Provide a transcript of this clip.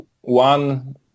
one